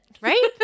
right